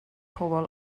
pobl